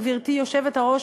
גברתי היושבת-ראש,